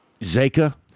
Zeka